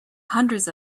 hundreds